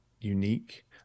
unique